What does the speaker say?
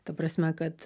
ta prasme kad